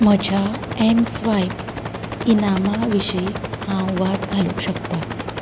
म्हज्या एमस्वायप इनामां विशयी हांव वाद घालूंक शकता